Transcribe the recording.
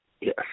Yes